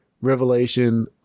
revelation